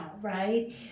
right